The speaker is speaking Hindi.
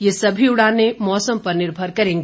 ये सभी उड़ानें मौसम पर निर्भर करेंगी